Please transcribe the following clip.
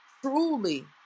truly